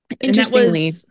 Interestingly